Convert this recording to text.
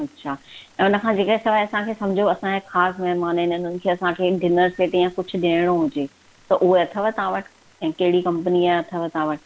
अच्छा ऐं इनखां जेके सवाइ सम्झो असांजा ख़ासि महिमान आहिनि उन्हनि खे असांखे डिनर सेट या कुझु ॾियणो हुजे त उहे अथव तव्हां वटि ऐं कहिड़ी कंपनीअ जा अथव तव्हां वटि